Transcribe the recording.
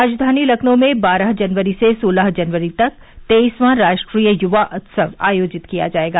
राजधानी लखनऊ में बारह जनवरी से सोलह जनवरी तक तेईसवां राष्ट्रीय युवा उत्सव आयोजित किया जायेगा